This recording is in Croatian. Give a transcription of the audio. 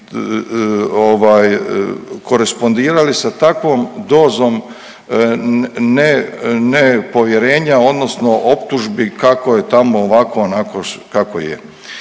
korespondirali sa takvom dozom nepovjerenja odnosno optužbi kako je tamo ovako, onako, kako je.